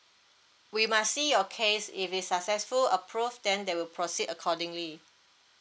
we must see your case if it's successful approved then they will proceed accordingly